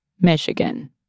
Michigan